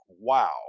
wow